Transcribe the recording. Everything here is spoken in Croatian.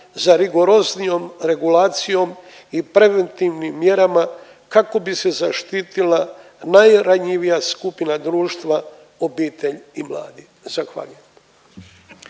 za rigoroznijom regulacijom i preventivnim mjerama kako se zaštitila najranjivija skupina društva – obitelj i mladi. Zahvaljujem.